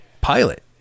pilot